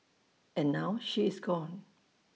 and now she is gone